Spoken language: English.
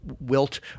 wilt